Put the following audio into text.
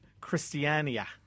Christiania